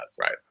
right